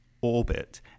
orbit